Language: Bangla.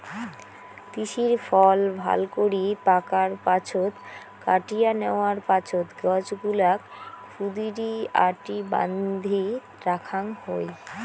তিসির ফল ভালকরি পাকার পাছত কাটিয়া ন্যাওয়ার পাছত গছগুলাক ক্ষুদিরী আটি বান্ধি রাখাং হই